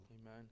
Amen